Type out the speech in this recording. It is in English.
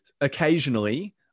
occasionally